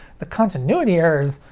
the continuity errors!